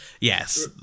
yes